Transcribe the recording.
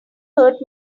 hurt